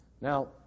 Now